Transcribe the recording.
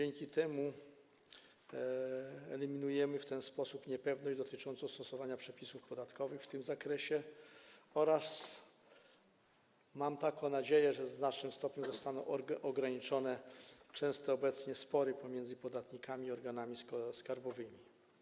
Eliminujemy w ten sposób niepewność dotyczącą stosowania przepisów podatkowych w tym zakresie oraz, mam taką nadzieję, w znacznym stopniu zostaną ograniczone częste obecnie spory pomiędzy podatnikami a organami skarbowymi.